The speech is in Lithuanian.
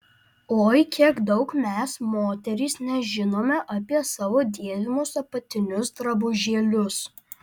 oi kiek daug mes moterys nežinome apie savo dėvimus apatinius drabužėlius